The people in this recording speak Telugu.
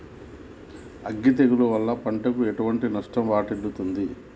అగ్గి తెగులు వల్ల పంటకు ఎటువంటి నష్టం వాటిల్లుతది?